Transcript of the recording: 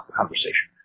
conversation